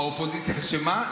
האופוזיציה אשמה.